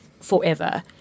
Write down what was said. forever